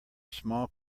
small